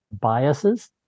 biases